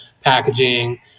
packaging